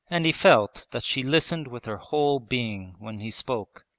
and he felt that she listened with her whole being when he spoke,